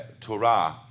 Torah